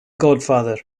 godfather